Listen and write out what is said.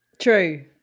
True